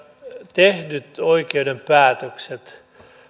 tehdyt oikeuden päätökset